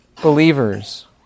believers